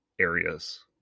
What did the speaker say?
areas